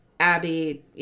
Abby